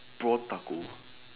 prawn taco